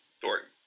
Thornton